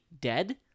dead